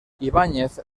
ibáñez